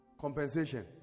compensation